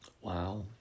wow